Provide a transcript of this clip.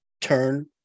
turn